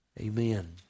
amen